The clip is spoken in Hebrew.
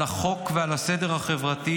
על החוק ועל הסדר החברתי.